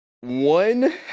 one